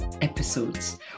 episodes